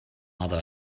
other